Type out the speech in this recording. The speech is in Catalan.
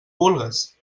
vulgues